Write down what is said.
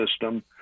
system